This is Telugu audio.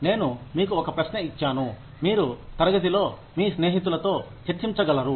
నేను మీకు ఒక ప్రశ్న ఇచ్చాను మీరు తరగతిలో మీ స్నేహితులతో చర్చించగలరు